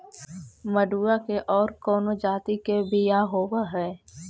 मडूया के और कौनो जाति के बियाह होव हैं?